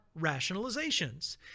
rationalizations